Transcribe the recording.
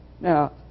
Now